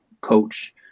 coach